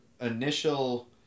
initial